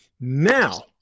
Now